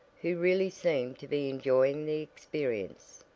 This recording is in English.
who really seemed to be enjoying the experience.